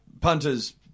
Punters